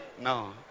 No